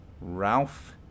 Ralph